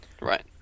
Right